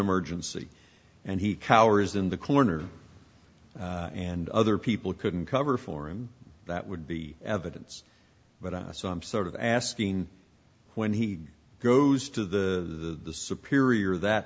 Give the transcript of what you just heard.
emergency and he cowers in the corner and other people couldn't cover for him that would be evidence but on some sort of asking when he goes to the superior that